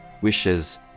wishes